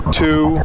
two